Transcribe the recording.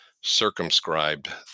circumscribed